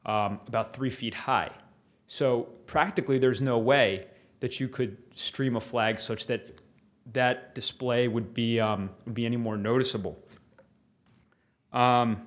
about three feet high so practically there's no way that you could stream a flag such that that display would be be any more noticeable